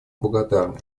благодарны